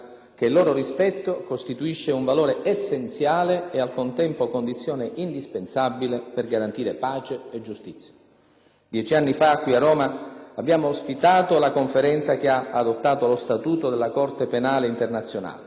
che il loro rispetto costituisce un valore essenziale e al contempo condizione indispensabile per garantire pace e giustizia. Dieci anni fa qui a Roma abbiamo ospitato la Conferenza che ha adottato lo Statuto della Corte penale internazionale;